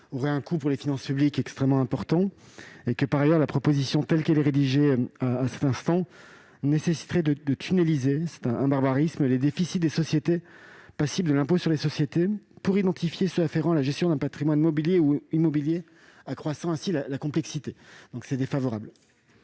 aurait un coût pour les finances publiques extrêmement important, et que, par ailleurs, la proposition, telle qu'elle est rédigée, nécessiterait de « tunneliser »- pardonnez ce barbarisme -les déficits des entreprises passibles de l'impôt sur les sociétés, afin d'identifier ceux afférents à la gestion d'un patrimoine mobilier ou immobilier, accroissant ainsi la complexité du dispositif.